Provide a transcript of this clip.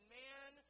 man